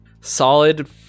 Solid